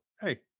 Hey